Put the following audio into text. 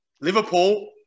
Liverpool